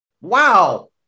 Wow